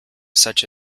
such